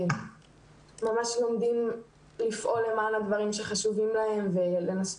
ממש לומדים לפעול למען הדברים שחשובים להם ולנסות